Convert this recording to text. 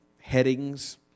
headings